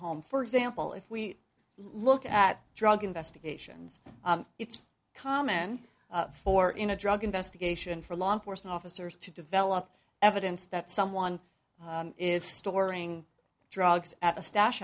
home for example if we look at drug investigations it's common for in a drug investigation for law enforcement officers to develop evidence that someone is storing drugs at a